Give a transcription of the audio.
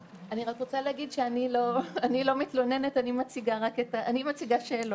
אני רק רוצה להגיד שאני לא מתלוננת - אני רק מציגה שאלות.